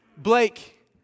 Blake